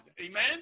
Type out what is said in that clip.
Amen